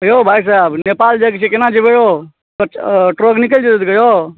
यौ भाइ साहेब नेपाल जाइके छै केना जेबै यौ अच्छा टोल निकैल जेतै यौ